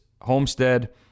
Homestead